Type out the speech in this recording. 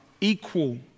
equal